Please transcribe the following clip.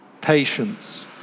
patience